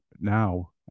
now